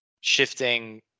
shifting